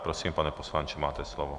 Prosím, pane poslanče, máte slovo.